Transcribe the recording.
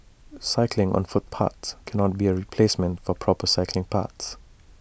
cycling on footpaths cannot be A replacement for proper cycling paths